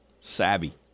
savvy